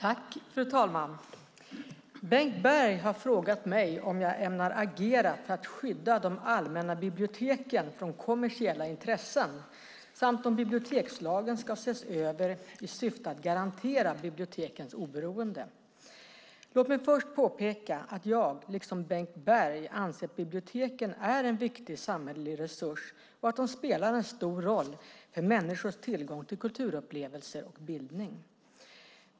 Fru talman! Bengt Berg har frågat mig om jag ämnar agera för att skydda de allmänna biblioteken från kommersiella intressen samt om bibliotekslagen ska ses över i syfte att garantera bibliotekens oberoende. Låt mig först påpeka att jag liksom Bengt Berg anser att biblioteken är en viktig samhällelig resurs och att de spelar en stor roll för människors tillgång till kulturupplevelser och bildning.